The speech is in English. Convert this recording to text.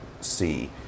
see